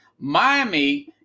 Miami